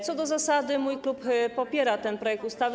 Co do zasady mój klub popiera ten projekt ustawy.